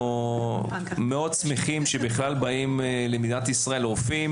אנשים מבינים שאין היום אולפני ערב,